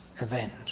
event